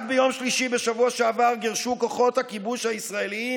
רק ביום שלישי בשבוע שעבר גירשו כוחות הכיבוש הישראליים